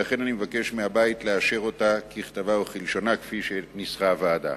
ולכן אני מבקש מהבית לאשר אותה ככתבה וכלשונה כפי שניסחה הוועדה.